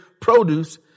produce